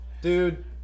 Dude